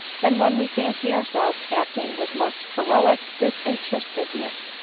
than when we fancy ourselves acting with most heroic disinterestedness.